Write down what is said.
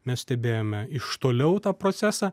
mes stebėjome iš toliau tą procesą